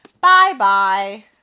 Bye-bye